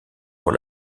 pour